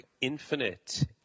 Infinite